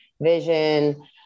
vision